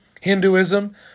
Hinduism